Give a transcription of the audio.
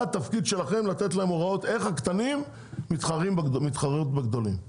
התפקיד שלכם הוא לתת הוראות שיובילו לתחרות של הקטנים בגדולים.